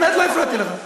באמת לא הפרעתי לך.